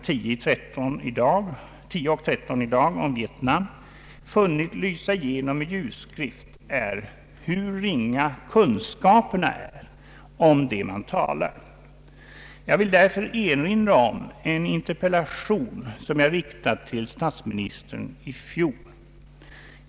10 och 13 i dag — om Vietnam funnit lysa igenom med ljusskrift är hur ringa kunskaperna är om det man diskuterar. Jag vill därför erinra om en interpellation som jag riktade till statsministern i fjol.